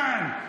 כאן,